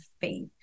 faith